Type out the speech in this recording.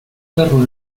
perro